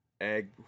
Egg